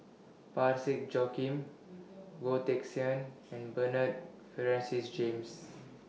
Parsick Joaquim Goh Teck Sian and Bernard Francis James